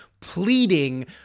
pleading